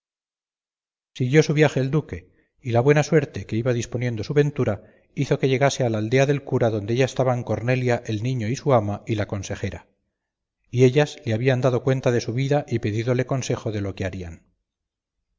siguió su viaje el duque y la buena suerte que iba disponiendo su ventura hizo que llegase a la aldea del cura donde ya estaban cornelia el niño y su ama y la consejera y ellas le habían dado cuenta de su vida y pedídole consejo de lo que harían